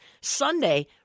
Sunday